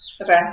Okay